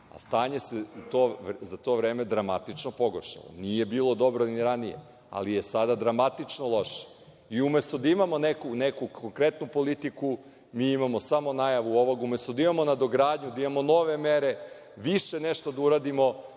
a stanje se za to vreme dramatično pogoršalo. Nije bilo dobro ni ranije, ali je sada dramatično loše. I umesto da imamo neku konkretnu politiku, mi imamo samo najavu ovog. Umesto da imamo nadogradnju, da imamo nove mere, više nešto da uradimo,